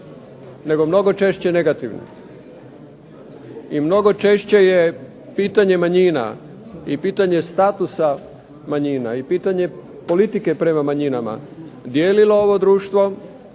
nego mnogo češće negativne, i mnogo češće je pitanje manjina i pitanje statusa manjina, i pitanje politike prema manjinama, dijelilo ovo društvo